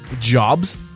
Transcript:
jobs